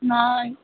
नाही